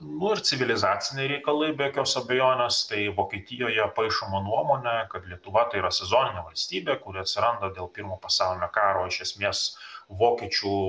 nu ir civilizaciniai reikalai be jokios abejonės tai vokietijoje paišoma nuomonė kad lietuva tai yra sezoninė valstybė kuri atsiranda dėl pirmo pasaulinio karo iš esmės vokiečių